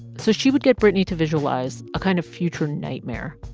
so she would get brittany to visualize a kind of future nightmare,